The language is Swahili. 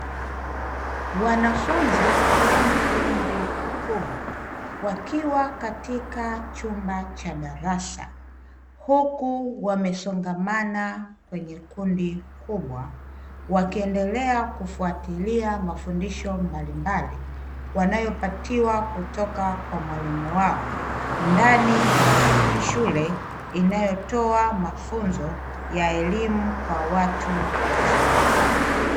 Wanafunzi wenye umri wakiwa katika chumba cha darasa, huku wamesongamana kwenye kundi kubwa wakiendelea kufuatilia mafundisho mbalimbali wanayopatiwa kutoka kwa mwalimu wao, ndani ya shule inayotoa mafunzo ya elimu kwa watu wazima.